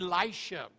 Elisha